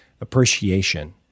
appreciation